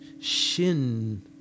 Shin